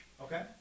Okay